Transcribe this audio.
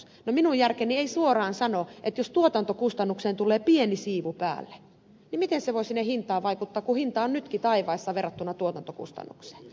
minun järkeni ei suoraan sano jos tuotantokustannuksiin tulee pieni siivu päälle miten se voi siihen hintaan vaikuttaa kun hinta on nytkin taivaissa verrattuna tuotantokustannuksiin